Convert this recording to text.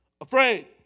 afraid